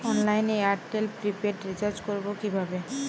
অনলাইনে এয়ারটেলে prepaid recharge করবো কিভাবে?